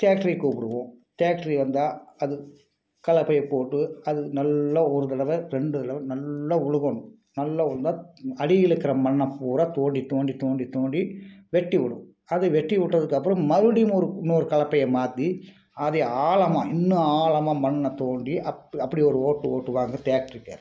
டேக்ட்ரிய கூப்பிடுவோம் டேக்ட்ரி வந்தால் அது கலப்பையை போட்டு அது நல்லா ஒரு தடவை ரெண்டு தடவை நல்லா உழுகணும் நல்லா உழுதா அடியிலருக்குற மண்ணை பூரா தோண்டி தோண்டி தோண்டி தோண்டி வெட்டிவிடும் அது வெட்டி விட்டதுக்கப்பறம் மறுபடியும் ஒரு இன்னொரு கலப்பையை மாற்றி அது ஆழமாக இன்னும் ஆழமாக மண்ணைத் தோண்டி அப்படி ஒரு ஓட்டு ஓட்டுவாங்க டேக்ட்ரிக்கு